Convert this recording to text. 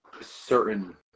certain